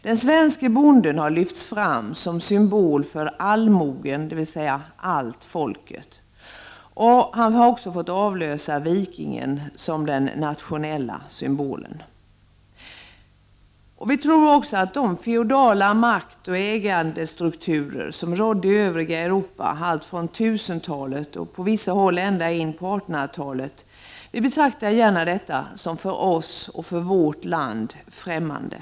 Den svenske bonden har lyfts fram som symbol för allmogen, dvs. allt folket. Han har också fått avlösa vikingen som den nationella symbolen. De feodala maktoch ägandestrukturer som rådde i övriga Europa från 1000-talet och på vissa håll ända in på 1800-talet betraktar vi gärna som för oss och vårt land främmande.